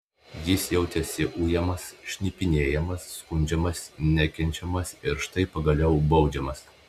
jis jautėsi ujamas šnipinėjamas skundžiamas nekenčiamas ir štai pagaliau baudžiamas